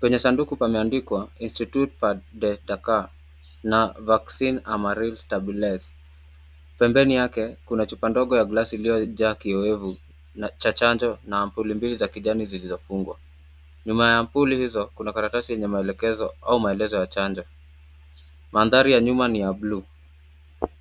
Kwenye sanduku pameandikwa Institut pasteur de dakar na Vaccin amaril stabiliser. Pembeni yake kuna chupa ndogo ya plastic iliyojaa kioevu, cha chanjo, na ampuli mbili za kijani zilizofungwa. Nyuma ya ampuli hizo kuna karatasi yenye maelekezo au maelezo ya chanjo. Mandhari ya nyuma ni ya buluu.